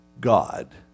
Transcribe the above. God